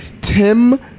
Tim